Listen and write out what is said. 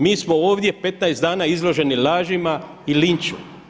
Mi smo ovdje 15 dana izloženi lažima i linču.